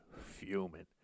fuming